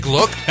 Look